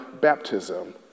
baptism